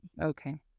Okay